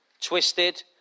twisted